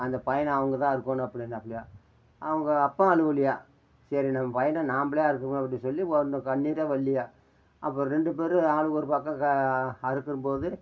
அந்த பையனை அவங்க தான் அறுக்கணும் அப்டினாப்பிலயாம் அவங்க அப்போவும் அழுவுலியாம் சரி நம்ம பையன நாம்மளே அறுக்க போகிறோம் அப்படினு சொல்லி ஒன்று கண்ணீரே வரலியாம் அப்புறம் ரெண்டு பேரும் ஆளுக்கு ஒரு பக்கம் க அறுக்கும் போது